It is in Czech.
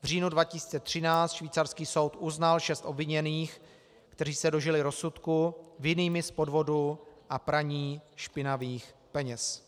V říjnu 2013 švýcarský soud uznal šest obviněných, kteří se dožili rozsudku, vinnými z podvodu a praní špinavých peněz.